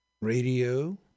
Radio